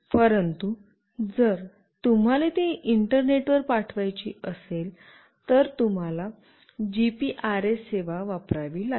परंतु जर तुम्हाला ती इंटरनेटवर पाठवायची असेल तर तुम्हाला जीपीआरएस सेवा वापरावी लागेल